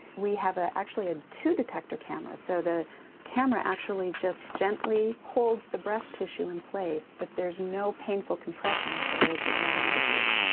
we have ah actually a two detector camera, so the camera actually just gently holds the breast tissue in place but there's no painful compression as there is with mammography.